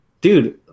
Dude